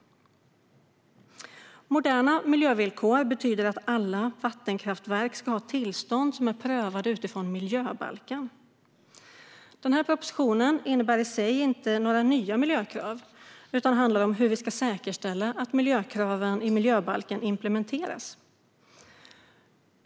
Moderna miljövillkor betyder att alla vattenkraftverk ska ha tillstånd som är prövade utifrån miljöbalken. Denna proposition innebär i sig inte några nya miljökrav utan handlar om hur vi ska säkerställa att miljökraven i miljöbalken implementeras.